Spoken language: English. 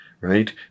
right